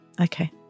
Okay